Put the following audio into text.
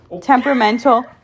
temperamental